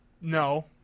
No